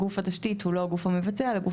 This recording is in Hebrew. גוף התשתית הוא לא הגוף המבצע אלא גוף